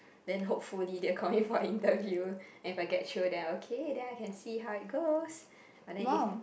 then hopefully they will call me for interview and if I get through then okay then I can see how it goes but then if